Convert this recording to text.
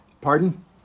Pardon